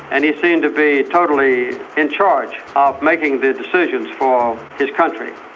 and he seemed to be totally in charge of making the decisions for his country.